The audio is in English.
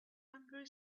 angry